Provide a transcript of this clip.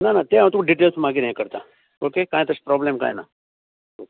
ना ना तें हांव तुका डिटेल्स मागीर हें करता ओके कांय तशें प्रोब्लेम कांय ना